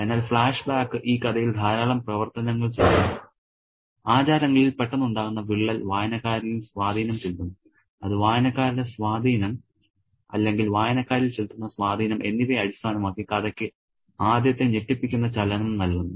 അതിനാൽ ഫ്ലാഷ്ബാക്ക് ഈ കഥയിൽ ധാരാളം പ്രവർത്തനങ്ങൾ ചെയ്യുന്നു ആചാരങ്ങളിൽ പെട്ടെന്നുണ്ടാകുന്ന വിള്ളൽ വായനക്കാരിൽ സ്വാധീനം ചെലുത്തുന്നു അത് വായനക്കാരുടെ സ്വാധീനം അല്ലെങ്കിൽ വായനക്കാരിൽ ചെലുത്തുന്ന സ്വാധീനം എന്നിവയെ അടിസ്ഥാനമാക്കി കഥയ്ക്ക് ആദ്യത്തെ ഞെട്ടിപ്പിക്കുന്ന ചലനം നൽകുന്നു